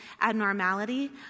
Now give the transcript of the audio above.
abnormality